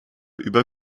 über